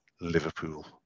Liverpool